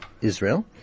Israel